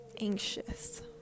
Anxious